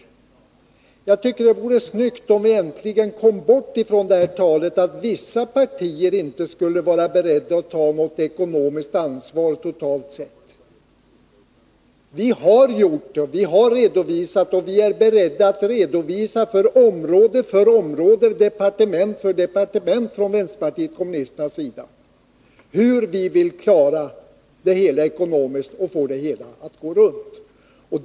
Jag tycker att det vore snyggt om vi äntligen kunde komma bort från det här talet om att vissa partier inte skulle vara beredda att ta något ekonomiskt ansvar totalt sett. Från vänsterpartiet kommunisternas sida har vi gjort det. Vi har redovisat och är beredda att område för område och departement för departement redovisa hur vi vill klara det hela ekonomiskt och få det att gå ihop.